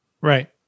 Right